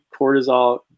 cortisol